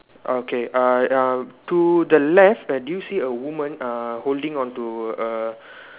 okay uh uh to the left and do you see a woman uh holding on to a